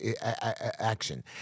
action